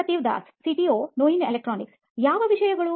ಸುಪ್ರತಿವ್ Das CTO ನೋಯಿನ್ electronics ಯಾವ ವಿಷಯಗಳು